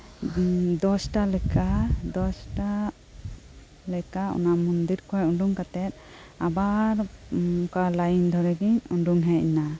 ᱫᱚᱥᱴᱟ ᱞᱮᱠᱟ ᱫᱚᱥᱴᱟ ᱞᱮᱠᱟ ᱚᱱᱟ ᱢᱚᱱᱫᱤᱨ ᱠᱷᱚᱡ ᱩᱰᱩᱠ ᱠᱟᱛᱮᱜ ᱟᱵᱟᱨ ᱚᱱᱠᱟ ᱞᱟᱹᱭᱤᱱ ᱫᱷᱚᱨᱮᱜᱤ ᱩᱰᱩᱠ ᱦᱮᱡᱱᱟ